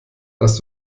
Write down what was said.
hast